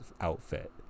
outfit